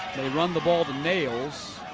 run the ball to nails.